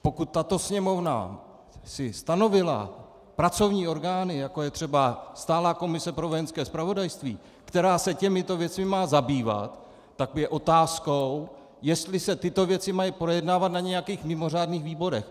Pokud tato Sněmovna si stanovila pracovní orgány, jako je třeba stálá komise pro Vojenské zpravodajství, která se těmito věcmi má zabývat, tak je otázkou, jestli se tyto věci mají projednávat na nějakých mimořádných výborech.